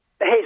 hey